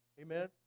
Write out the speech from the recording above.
Amen